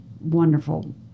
wonderful